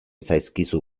zaizkizu